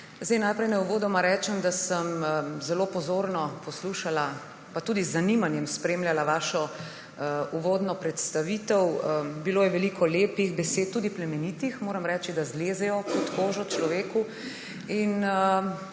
Vlade! Najprej naj uvodoma rečem, da sem zelo pozorno poslušala pa tudi z zanimanjem spremljala vašo uvodno predstavitev. Bilo je veliko lepih besed, tudi plemenitih, moram reči, da zlezejo pod kožo človeku. Moram